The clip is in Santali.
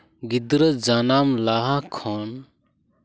ᱜᱤᱫᱽᱨᱟᱹ ᱡᱟᱱᱟᱢ ᱞᱟᱦᱟ ᱠᱷᱚᱱ